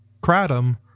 kratom